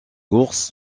ours